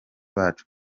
bacu